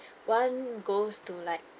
one goes to like